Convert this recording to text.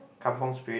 kampung spirit